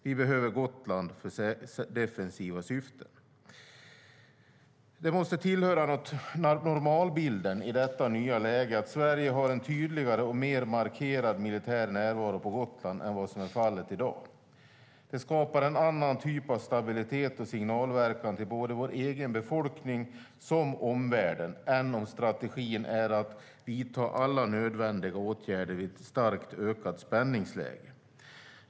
Vi behöver Gotland för defensiva syften. Det måste tillhöra normalbilden i detta nya läge att Sverige har en tydligare och mer markerad militär närvaro på Gotland än vad som är fallet i dag. Det skapar en annan typ av stabilitet och signalverkan till både vår egen befolkning och omvärlden än om strategin är att vidta alla nödvändiga åtgärder i ett starkt ökat spänningsläge.